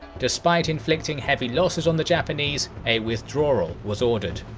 despite inflicting heavy losses on the japanese, a withdrawal was ordered.